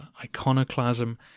iconoclasm